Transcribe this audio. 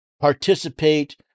participate